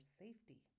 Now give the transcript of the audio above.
safety